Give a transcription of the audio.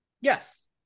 yes